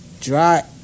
dry